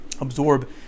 absorb